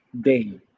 Day